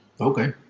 Okay